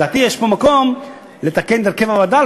לדעתי יש פה מקום לתקן את הרכב הוועדה,